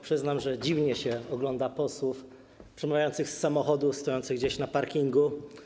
Przyznam, że dziwnie się ogląda posłów przemawiających z samochodów stojących gdzieś na parkingu.